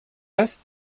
dass